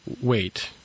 wait